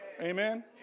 Amen